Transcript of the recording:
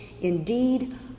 Indeed